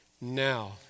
Now